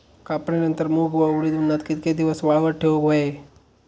कापणीनंतर मूग व उडीद उन्हात कितके दिवस वाळवत ठेवूक व्हये?